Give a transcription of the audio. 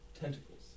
Tentacles